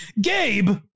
Gabe